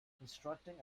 constructing